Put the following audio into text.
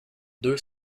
deux